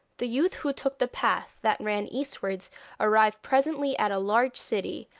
the youth who took the path that ran eastwards arrived presently at a large city,